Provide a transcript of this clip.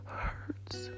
hurts